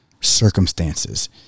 circumstances